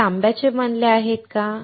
ते तांब्याचे बनलेले आहेत का